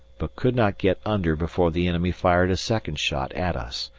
but could not get under before the enemy fired a second shot at us,